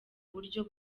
buryo